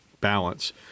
balance